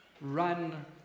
run